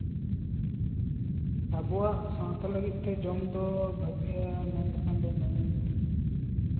ᱟᱵᱚᱣᱟᱜ ᱥᱟᱶᱛᱟ ᱞᱟᱹᱜᱤᱫᱛᱮ ᱵᱷᱟᱹᱜᱤᱭᱟᱜ ᱡᱩᱢ ᱫᱚ ᱢᱮᱱᱞᱮᱠᱷᱟᱱ ᱫᱚ